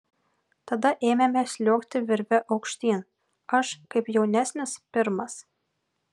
tada ėmėme sliuogti virve aukštyn aš kaip jaunesnis pirmas